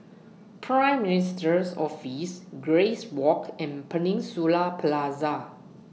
Prime Minister's Office Grace Walk and Peninsula Plaza